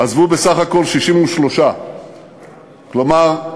עזבו בסך הכול 63. כלומר,